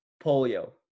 polio